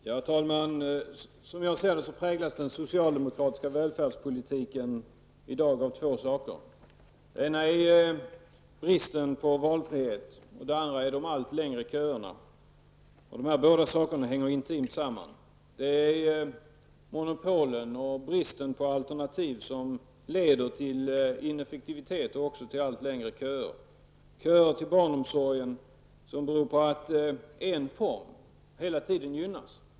Herr talman! Som jag ser det präglas den socialdemokratiska välfärdspolitiken i dag av två saker. Den ena är bristen på valfrihet och den andra de allt längre köerna. De båda sakerna hänger intimt samman. Det är monopolen och bristen på alternativ som leder till ineffektivitet och också till allt längre köer. Köerna till barnomsorgen beror på att en form hela tiden gynnas.